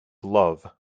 love